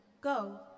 go